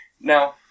Now